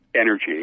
energy